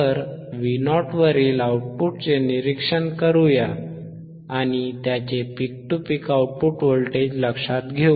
तर Vo वरील आऊटपुटचे निरीक्षण करूया आणि त्याचे peak to peak output voltage लक्षात घेऊ